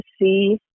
see